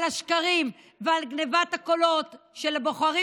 על השקרים ועל גנבת הקולות של הבוחרים